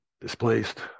displaced